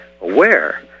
aware